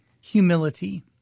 humility